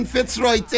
Fitzroy